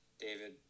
David